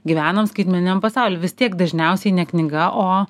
gyvenam skaitmeniniam pasauly vis tiek dažniausiai ne knyga o